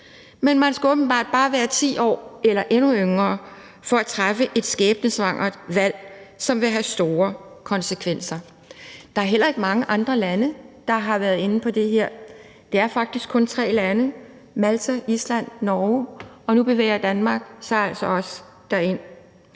Men man skal åbenbart bare være 10 år eller endnu yngre for at træffe et skæbnesvangert valg, som vil have store konsekvenser. Der er heller ikke mange andre lande, der har været inde på det her. Det er faktisk kun tre lande: Malta, Island og Norge. Nu bevæger Danmark sig altså også ind